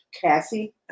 Cassie